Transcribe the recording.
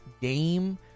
game